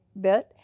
bit